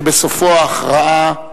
שבסופו הכרעה,